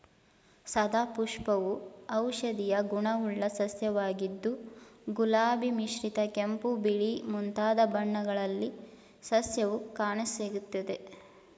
ಸದಾಪುಷ್ಪವು ಔಷಧೀಯ ಗುಣವುಳ್ಳ ಸಸ್ಯವಾಗಿದ್ದು ಗುಲಾಬಿ ಮಿಶ್ರಿತ ಕೆಂಪು ಬಿಳಿ ಮುಂತಾದ ಬಣ್ಣಗಳಲ್ಲಿ ಸಸ್ಯವು ಕಾಣಸಿಗ್ತದೆ